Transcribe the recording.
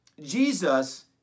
Jesus